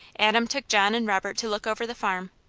adam took john and robert to look over the farm,